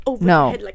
no